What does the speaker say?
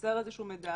בנושא החברתי